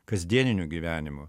kasdieniniu gyvenimu